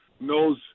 knows